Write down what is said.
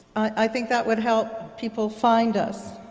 i think that would help people find us.